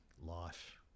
life